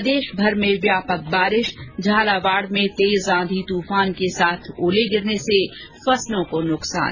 प्रदेशभर में व्यापक बारिश झालावाड में तेज आंधी तूफान के साथ ओले गिरने से फसलों को नुकसान